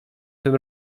tym